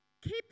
Keep